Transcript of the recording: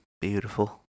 Beautiful